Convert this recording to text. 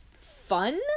fun